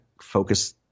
focus